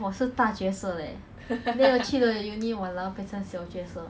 small workouts here and there it's fine but then like